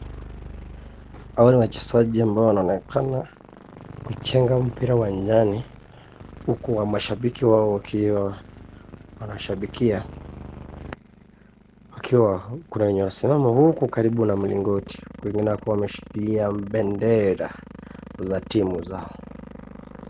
Awa ni wachezaji ambao wanaonekana kuchenga mpira wa njani huku wa mashabiki wao wakiwa wanashabikia. Wakiwa kuna wenye wanasimama huku karibu na mlingoti, wengine wakiwa wameshikilia bendera za timu zao.